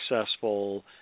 successful